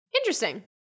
Interesting